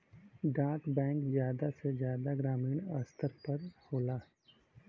डाक बैंक जादा से जादा ग्रामीन स्तर पर होला